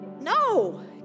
no